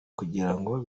kugirango